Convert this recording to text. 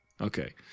okay